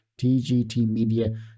TGTmedia